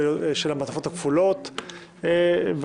למה לא נתחיל עם התאריך?